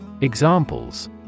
Examples